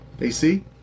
AC